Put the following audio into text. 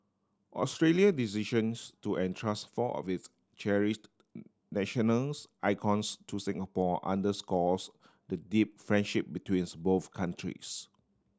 Australia decisions to entrust four of its cherished nationals icons to Singapore underscores the deep friendship betweens both countries